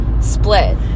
split